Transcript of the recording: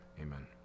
amen